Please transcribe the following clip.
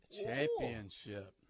championship